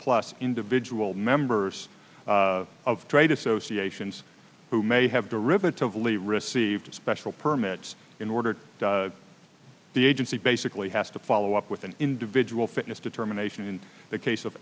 plus individual members of trade associations who may have derivative lee received special permits in order to the agency basically has to follow up with an individual fitness determination in the case of